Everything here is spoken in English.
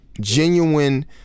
genuine